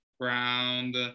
ground